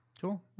Cool